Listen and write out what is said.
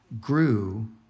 grew